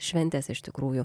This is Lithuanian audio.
šventės iš tikrųjų